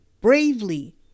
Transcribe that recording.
bravely